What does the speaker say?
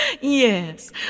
Yes